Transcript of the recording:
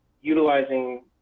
utilizing